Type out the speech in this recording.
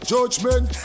Judgment